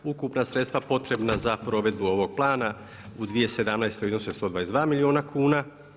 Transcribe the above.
Ukupna sredstva potrebna za provedbu ovog plana u 2017. iznose 122 milijuna kuna.